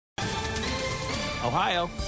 Ohio